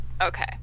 Okay